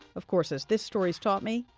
of course, as this story's taught me,